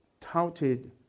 touted